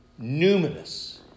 numinous